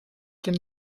den